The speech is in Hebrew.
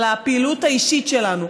על הפעילות האישית שלנו,